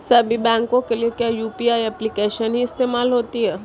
सभी बैंकों के लिए क्या यू.पी.आई एप्लिकेशन ही इस्तेमाल होती है?